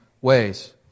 ways